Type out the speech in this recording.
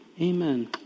Amen